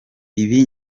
ibi